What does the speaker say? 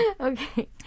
Okay